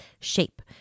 shape